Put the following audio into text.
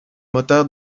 moteur